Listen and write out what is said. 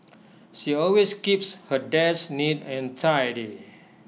she always keeps her desk neat and tidy